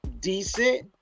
decent